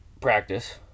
practice